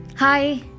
Hi